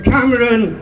Cameron